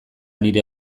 nire